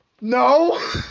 No